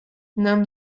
нам